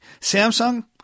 Samsung